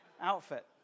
outfit